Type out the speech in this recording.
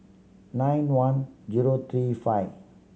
nine one zero three five